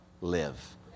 live